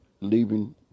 leaving